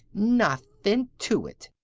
nothin' to it.